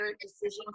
decision